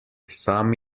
sam